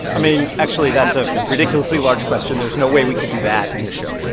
i mean, actually, that's a ridiculously large question. there's no way we could do that in a show.